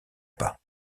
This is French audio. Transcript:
pas